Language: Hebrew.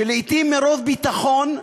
שלעתים מרוב ביטחון,